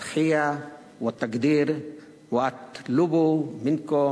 להלן תרגומם לעברית: ולבסוף,